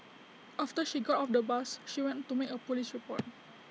after she got off the bus she went to make A Police report